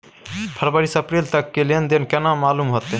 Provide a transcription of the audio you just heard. फरवरी से अप्रैल तक के लेन देन केना मालूम होते?